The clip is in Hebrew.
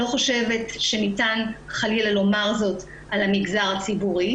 אני לא חושבת שניתן חלילה לומר זאת על המגזר הציבורי,